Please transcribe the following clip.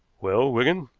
well, wigan?